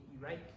right